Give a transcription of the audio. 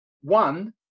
One